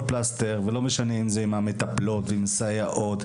פלסתר ולא משנה אם זה עם המטפלות ואם זה סייעות,